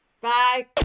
Bye